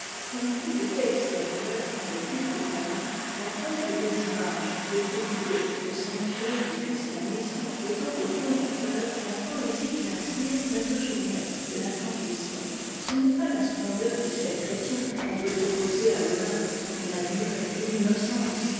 comme tout était extérieur dans le culte pa en la pompe des images y est prodiguée le sanctuaire du christianisme étant au fond du eceur la poésie qu'il inspire doit toujours naître de l'attendrissement ce n'est pas la splendeur du ciel chrétien qu'on peut opposer à l'olympe mais la douleur et l'innocence